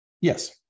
Yes